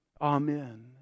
Amen